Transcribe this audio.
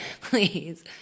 please